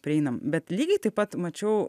prieinam bet lygiai taip pat mačiau